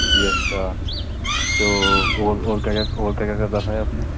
جی اچھا تو اور اور کیا کیا اور کیا کیا کر رکھا ہے آپ نے